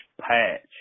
patch